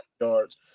yards